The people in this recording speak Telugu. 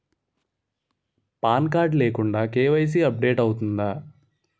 పాన్ కార్డ్ లేకుండా కే.వై.సీ అప్ డేట్ అవుతుందా?